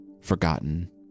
forgotten